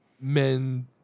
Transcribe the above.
men